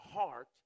heart